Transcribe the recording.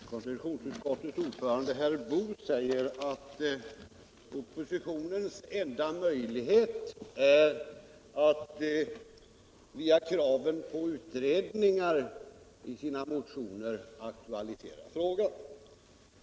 Herr talman! Konstitutionsutskottets ordförande herr Boo säger att oppositionens enda möjlighet är att via krav på utredningar i sina motioner aktualisera frågor.